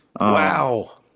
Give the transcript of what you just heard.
wow